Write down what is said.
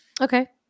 Okay